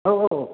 औ औ